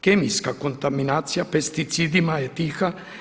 Kemijska kontaminacija pesticidima je tiha.